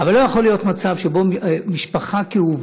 אבל לא יכול להיות מצב שמשפחה כאובה